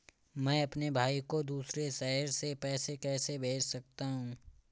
मैं अपने भाई को दूसरे शहर से पैसे कैसे भेज सकता हूँ?